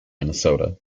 minnesota